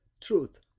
truth